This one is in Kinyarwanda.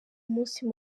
umunsi